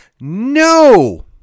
no